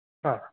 ആ